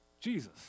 Jesus